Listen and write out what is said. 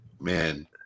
Man